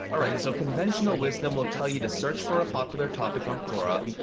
alright, so conventional wisdom will tell you to search for a popular topic on quora,